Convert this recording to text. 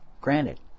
Granted